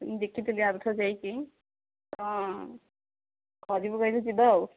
ମୁଁ ଦେଖିଥିଲି ଆରଥର ଯାଇକି ହଁ କରିବୁ ଯଦି ଯିବା ଆଉ